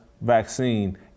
vaccine